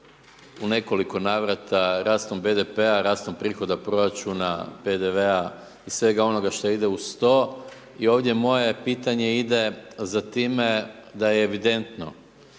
u nekoliko navrata, rastom BDP-a rastom prihoda proračuna, PDV-a svega onoga što ide uz to. I ovdje moje pitanje ide za time da je evidentno,